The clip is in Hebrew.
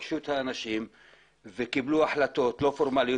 פגשו את האנשים וקיבלו החלטות לא פורמליות